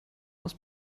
aus